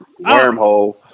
Wormhole